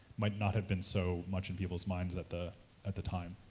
might not have been so much in people's minds at the at the time.